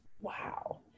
Wow